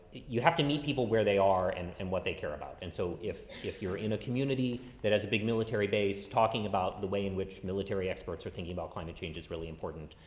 you have to meet people where they are and and what they care about. and so if, if you're in a community that has a big military base talking about the way in which military experts are thinking about climate change is really important.